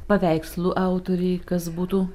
paveikslų autoriai kas būtų